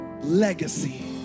legacy